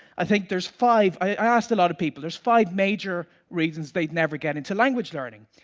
i think there's five, i asked a lot of people, there's five major reasons they'd never get into language learning.